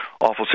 awful